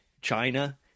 China